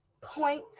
point